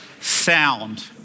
sound